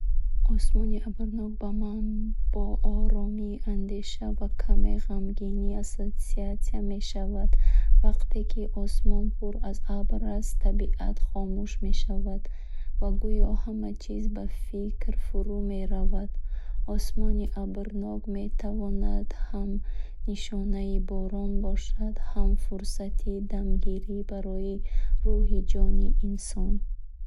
Осмони абрнок ба ман бо оромӣ, андеша ва каме ғамгинӣ ассоатсия мешавад. Вақте ки осмон пур аз абр аст, табиат хомӯш мешавад ва гӯё ҳама чиз ба фикр фурӯ меравад. Осмони абрнок метавонад ҳам нишонаи борон бошад, ҳам фурсати дамгирӣ барои рӯҳу ҷони инсон.